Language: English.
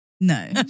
No